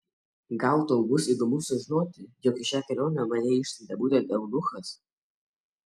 gal tau bus įdomu sužinoti jog į šią kelionę mane išsiuntė būtent eunuchas